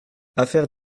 affaire